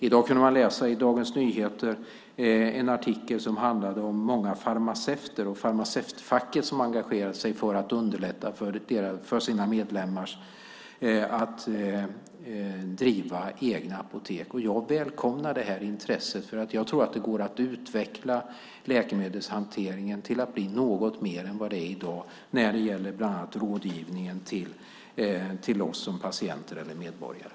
I dag kunde man läsa en artikel i Dagens Nyheter som handlade om många farmaceuter och farmaceutfacket som har engagerat sig för att underlätta för sina medlemmar att driva egna apotek. Jag välkomnar detta intresse. Jag tror nämligen att det går att utveckla läkemedelshanteringen till att bli något mer än vad den är i dag när det gäller bland annat rådgivningen till oss som patienter eller medborgare.